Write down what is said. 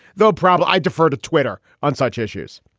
though. probably i defer to twitter on such issues.